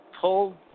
pull